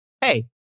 hey